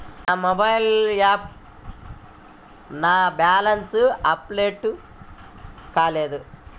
నా మొబైల్ యాప్లో నా బ్యాలెన్స్ అప్డేట్ కాలేదు